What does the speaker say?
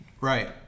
right